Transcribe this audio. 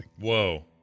Whoa